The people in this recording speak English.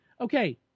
okay